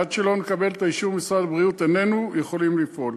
עד שנקבל את אישור משרד הבריאות איננו יכולים לפעול.